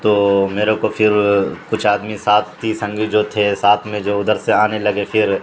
تو میرے کو فھر کچھ آدمی ساتھ تھی سنگی جو تھے ساتھ میں جو ادھر سے آنے لگے پھر